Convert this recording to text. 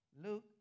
Luke